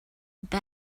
bet